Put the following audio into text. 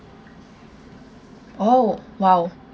oh !wow!